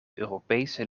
europese